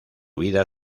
vida